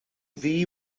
ddi